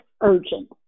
urgent